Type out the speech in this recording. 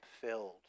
filled